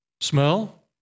Smell